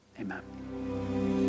Amen